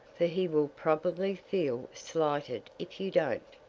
for he will probably feel slighted if you don't.